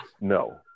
no